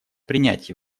принять